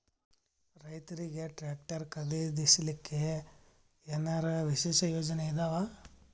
ರೈತರಿಗೆ ಟ್ರಾಕ್ಟರ್ ಖರೀದಿಸಲಿಕ್ಕ ಏನರ ವಿಶೇಷ ಯೋಜನೆ ಇದಾವ?